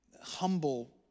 humble